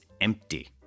empty